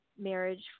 marriage